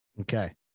Okay